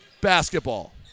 basketball